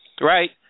right